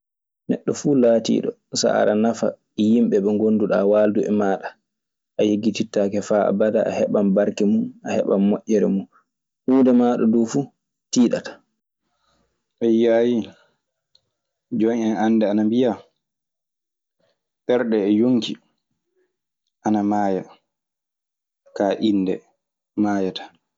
Neɗo fu latiɗo so ada nafa, yimɓe ɓe gonduɗabe walduɓe maɗa. A yegitittake fa a bada a heɓa barkemu a heɓa moƴere mu, hunde maɗa fu dun tiɗata. Eyyo, a yiyi, jom en annde en ana mbiya: ɓernɗe e yonki ana maaya ka innde maayataa.